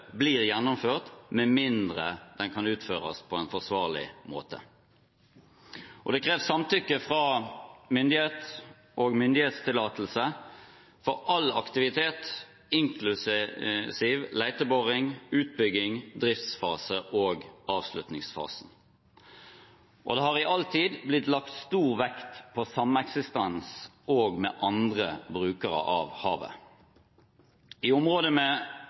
blir gjennomført med mindre den kan utføres på en forsvarlig måte. Det kreves samtykke fra myndighet og myndighetstillatelse for all aktivitet inklusiv leteboring, utbygging, driftsfase og avslutningsfase. Det har i all tid blitt lagt stor vekt på sameksistens også med andre brukere av havet. I områder med